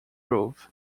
groove